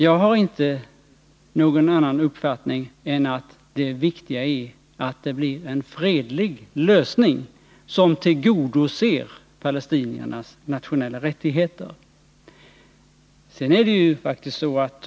Jag har inte någon annan uppfattning än att det viktiga är att det blir en fredlig lösning, som tillgodoser palestiniernas nationella rättigheter.